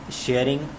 sharing